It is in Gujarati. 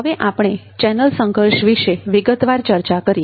હવે આપણે ચેનલ સંઘર્ષ વિશે વિગતવાર ચર્ચા કરીએ